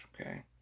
okay